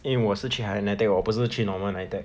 因为我是去 higher NITEC 我不是去 normal NITEC